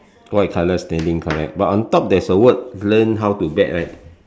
white colour standing correct but on top there's a word learn how to bet right